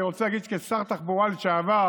אני רוצה להגיד, כשר תחבורה לשעבר,